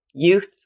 youth